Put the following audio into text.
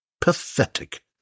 Pathetic